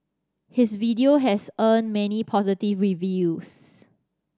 his video has earned many positive reviews